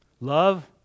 Love